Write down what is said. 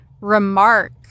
remark